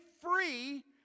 free